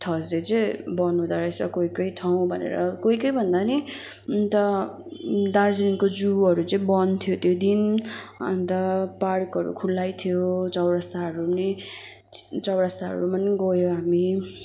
Thursday चाहिँ बन्द हुँदोरहेछ कोही कोही ठाउँ भनेर कोही कोही भन्दा पनि अन्त दार्जिलिङको जूहरू चाहिँ बन्द थियो त्यो दिन अन्त पार्कहरू खुल्लै थियो चौरस्ताहरू पनि चौरस्ताहरूमा पनि गयौँ हामी